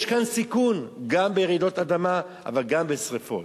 יש כאן סיכון, גם ברעידות אדמה וגם בשרפות.